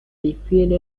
difiere